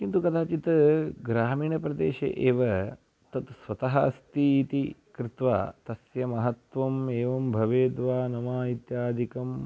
किन्तु कदाचित् ग्रामीणप्रदेशे एव तत् स्वतः अस्तीति कृत्वा तस्य महत्वम् एवं भवेद्वा न वा इत्यादिकम्